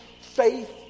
faith